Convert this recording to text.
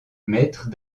mètres